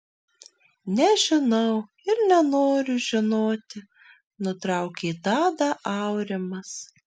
nežinau ir nenoriu žinoti nutraukė tadą aurimas